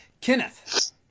Kenneth